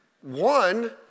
One